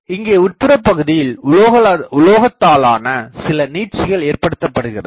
இங்கே உட்புறப்பகுதியில் உலோகத்தாலான சிலநீட்சிகள் ஏற்படுத்தப்படுகிறது